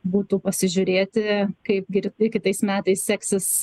būtų pasižiūrėti kaip gir kitais metais seksis